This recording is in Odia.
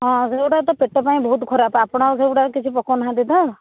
ହଁ ସେଗୁଡ଼ାକ ତ ପେଟ ପାଇଁ ବହୁତ ଖରାପ୍ ଆପଣ ଆଉ ସେଗୁଡ଼ାକ କିଛି ପକଉ ନାହାନ୍ତି ତ